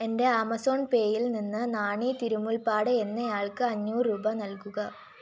എന്റെ ആമസോൺ പേയിൽ നിന്ന് നാണി തിരുമുൽപ്പാട് എന്നയാൾക്ക് അഞ്ഞൂറ് രൂപ നൽകുക